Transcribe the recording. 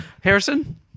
Harrison